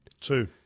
two